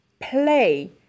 Play